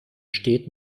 steht